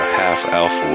half-elf